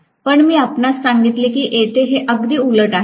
पण मी आपणास सांगितले की येथे हे अगदी उलट होईल